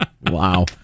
wow